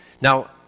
Now